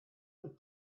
the